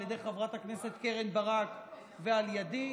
על ידי חברת הכנסת קרן ברק ועל ידי,